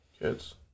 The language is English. Kids